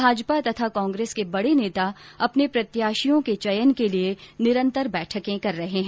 भाजपा तथा कांग्रेस के बड़े नेता अपने प्रत्याशियों के चयन के लिए निरंतर बैठक कर रहे हैं